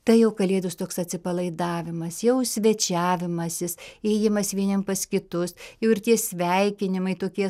tai jau kalėdos toks atsipalaidavimas jau svečiavimasis ėjimas vieniem pas kitus jau ir tie sveikinimai tokie